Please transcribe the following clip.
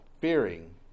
Fearing